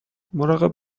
مراقب